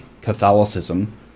Catholicism